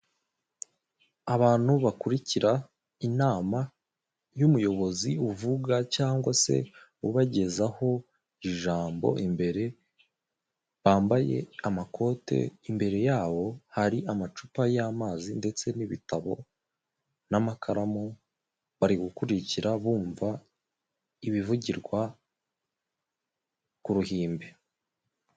Abantu bakurikira inama y'umuyobozi uvuga cyangwa se ubagezaho ijambo imbere, bambaye amakote imbere yabo hari amacupa y'amazi, ndetse n'ibitabo n'amakaramu bari gukurikira bumva ibivugirwa ku ruhimbi.